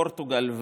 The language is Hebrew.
פורטוגל,